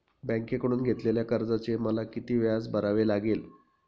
बँकेकडून घेतलेल्या कर्जाचे मला किती व्याज भरावे लागेल?